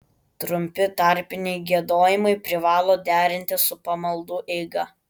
trumpi tarpiniai giedojimai privalo derintis su pamaldų eiga